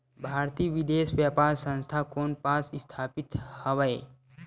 भारतीय विदेश व्यापार संस्था कोन पास स्थापित हवएं?